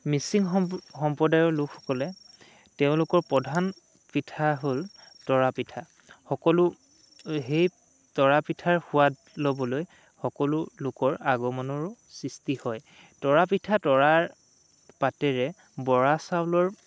মিচিং সম্প্ৰদায়ৰ লোকসকলে তেওঁলোকৰ প্ৰধান পিঠা হ'ল তৰাপিঠা সকলো সেই তৰাপিঠাৰ সোৱাদ ল'বলৈ সকলো লোকৰ আগমনৰো সৃষ্টি হয় তৰাপিঠা তৰাৰ পাতেৰে বৰা চাউলৰ